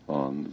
on